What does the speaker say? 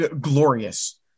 glorious